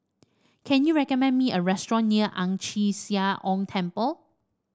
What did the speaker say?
can you recommend me a restaurant near Ang Chee Sia Ong Temple